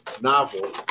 novel